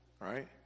right